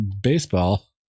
baseball